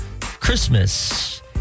Christmas